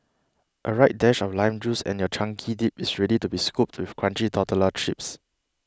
a right dash of lime juice and your chunky dip is ready to be scooped with crunchy tortilla chips